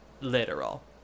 literal